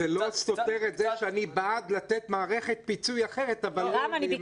זה לא סותר את זה שאני בעד לתת מערכת פיצוי אחרת --- בבקשה,